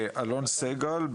אלון סגל,